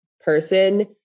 person